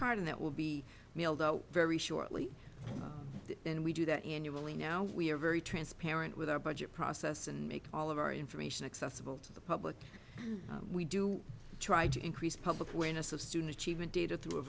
card and that will be mailed out very shortly and we do that annually now we are very transparent with our budget process and make all of our information accessible to the public we do try to increase public awareness of student achievement data through a